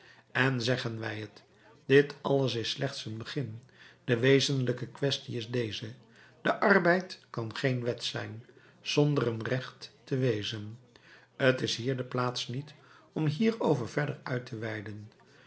en zeggen wij het dit alles is slechts een begin de wezenlijke quaestie is deze de arbeid kan geen wet zijn zonder een recht te wezen t is hier de plaats niet om hierover verder uit te weiden